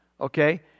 okay